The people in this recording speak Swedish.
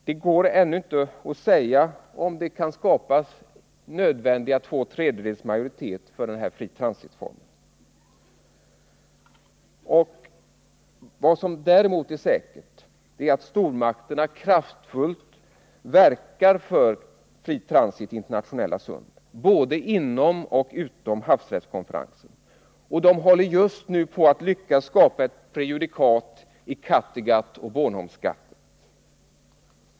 Det går ännu inte att säga om det kan skapas den nödvändiga två tredjedelsmajoriteten för denna fri-transit-formel. Däremot är det säkert att stormakterna kraftfullt, både inom och utom havsrättskonferensen, kommer att verka för fri transit i internationella sund. Och de håller just nu på att lyckas att skapa ett prejudikat i Kattegatt och Bornholmsgattet.